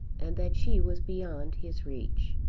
and that she was beyond his reach.